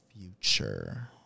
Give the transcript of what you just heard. future